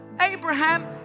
Abraham